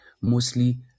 mostly